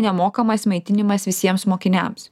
nemokamas maitinimas visiems mokiniams